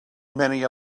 many